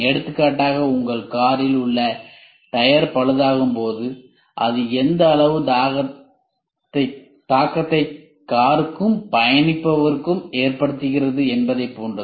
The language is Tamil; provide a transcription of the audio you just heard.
எடுத்துக்காட்டாக உங்கள் காரில் உள்ள டயர் பழுதாகும் போது அது எந்த அளவு தாக்கத்தை காருக்கும் பயணிப்பவர் ஏற்படுத்துகிறது என்பதைப் போன்றது